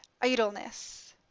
idleness